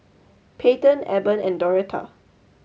Payten Eben and Doretta